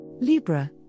Libra